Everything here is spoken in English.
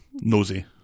Nosy